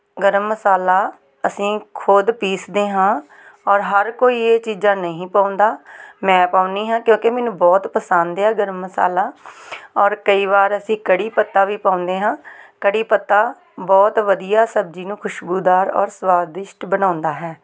ਗਰਮ ਮਸਾਲਾ ਅਸੀਂ ਖੁਦ ਪੀਸਦੇ ਹਾਂ ਔਰ ਹਰ ਕੋਈ ਇਹ ਚੀਜ਼ਾਂ ਨਹੀਂ ਪਾਉਂਦਾ ਮੈਂ ਪਾਉਂਦੀ ਹਾਂ ਕਿਉਂਕਿ ਮੈਨੂੰ ਬਹੁਤ ਪਸੰਦ ਆ ਗਰਮ ਮਸਾਲਾ ਔਰ ਕਈ ਵਾਰ ਅਸੀਂ ਕੜੀ ਪੱਤਾ ਵੀ ਪਾਉਂਦੇ ਹਾਂ ਕੜੀ ਪੱਤਾ ਬਹੁਤ ਵਧੀਆ ਸਬਜ਼ੀ ਨੂੰ ਖੁਸ਼ਬੂਦਾਰ ਔਰ ਸਵਾਦਿਸ਼ਟ ਬਣਾਉਂਦਾ ਹੈ